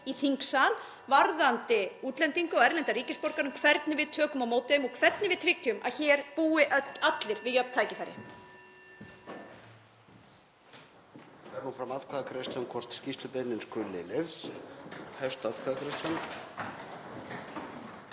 í þingsal varðandi útlendinga og erlendra ríkisborgara, um hvernig við tökum á móti þeim og hvernig við tryggjum að hér búi allir við jöfn tækifæri.